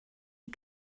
you